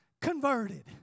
converted